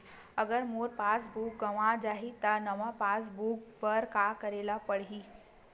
अगर मोर passbook गवां जाहि त नवा पास बुक बर का करे ल पड़हि?